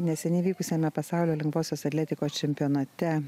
neseniai vykusiame pasaulio lengvosios atletikos čempionate